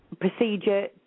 procedure